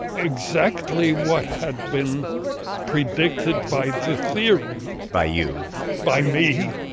exactly what had been predicted by the theory by you by me.